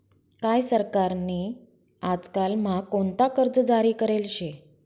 काय सरकार नी आजकाल म्हा कोणता कर्ज जारी करेल शे